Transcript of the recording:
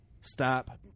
stop